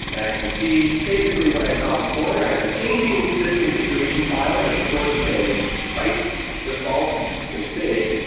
and i can see basically what i saw before, i'm changing this configuration file that's stored within sites default config,